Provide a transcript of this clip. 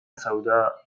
سوداء